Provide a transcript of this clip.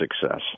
success